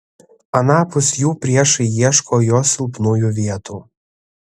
anapus jų priešai ieško jo silpnųjų vietų